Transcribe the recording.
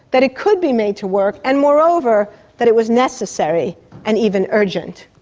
that it could be made to work, and moreover that it was necessary and even urgent.